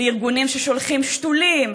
לארגונים ששולחים שתולים,